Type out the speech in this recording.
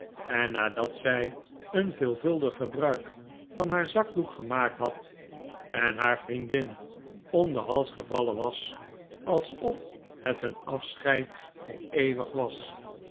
en nadat zij een veelvuldig gebruik van haar zakdoek gemaakt had en haar vriendin om den hals gevallen was alsof het een afscheid voor eeuwig was